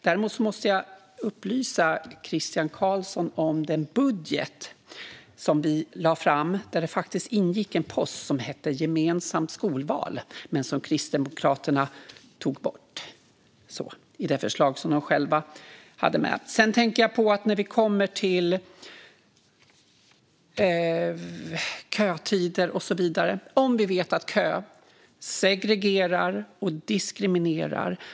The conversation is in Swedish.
Jag måste dock upplysa Christian Carlsson om att det i den budget som vi lade fram faktiskt ingick en post som hette Gemensamt skolval. Men den tog Kristdemokraterna bort i sitt förslag. När det kommer till kötider och så vidare vet vi att kö segregerar och diskriminerar.